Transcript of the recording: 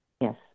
Yes